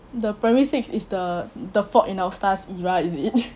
the primary six is the the fault in our stars era is it